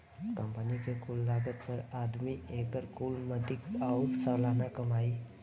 company के कुल लागत पर आमदनी, एकर कुल मदिक आउर सालाना कमाई